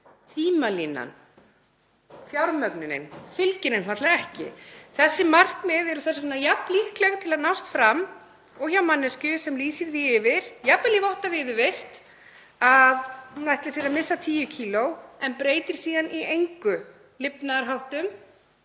tímalínan og fjármögnunin fylgir einfaldlega ekki. Þessi markmið eru þess vegna jafn líkleg til að nást fram og hjá manneskju sem lýsir því yfir, jafnvel í votta viðurvist, að hún ætli sér að missa 10 kíló en breytir síðan í engu lifnaðarháttum,